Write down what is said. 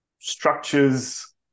structures